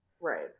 Right